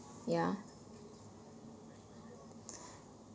ya